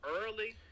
early